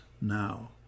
now